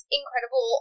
incredible